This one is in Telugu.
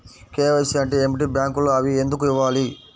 కే.వై.సి అంటే ఏమిటి? బ్యాంకులో అవి ఎందుకు ఇవ్వాలి?